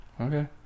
Okay